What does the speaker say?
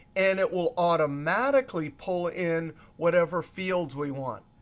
and it will automatically pull in whatever fields we want.